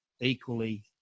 equally